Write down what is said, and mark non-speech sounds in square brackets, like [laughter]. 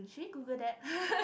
should we Google that [laughs]